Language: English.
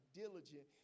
diligent